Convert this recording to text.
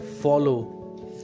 follow